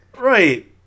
Right